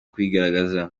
kwigaragaza